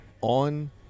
on